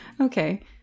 Okay